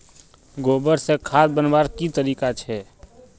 गोबर से खाद बनवार की तरीका छे?